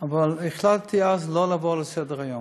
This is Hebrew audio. אבל החלטתי אז לא לעבור לסדר-היום,